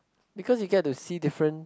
because you get to see different